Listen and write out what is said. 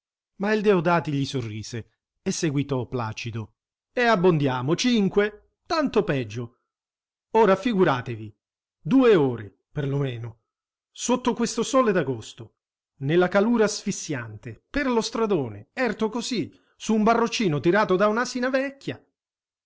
ma il deodati gli sorrise e seguitò placido e abbondiamo cinque tanto peggio ora figuratevi due ore per lo meno sotto questo sole d'agosto nella calura asfissiante per lo stradone erto così su un baroccino tirato da un'asina vecchia